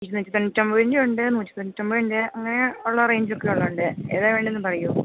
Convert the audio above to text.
ഇരുന്നൂറ്റി തൊണ്ണൂറ്റി ഒമ്പതിൻ്റെ ഉണ്ട് നൂറ്റി തൊണ്ണൂറ്റി ഒമ്പതിൻ്റെ അങ്ങനെ ഉള്ള റേഞ്ചൊക്കെ ഉള്ളത് ഉണ്ട് ഏതാണ് വേണ്ടതെന്ന് പറയുമോ